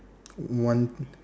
one